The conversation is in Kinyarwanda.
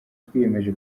twiyemeje